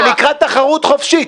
זה נקרא תחרות חופשית.